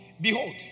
Behold